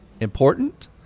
important